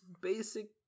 basic